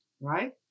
right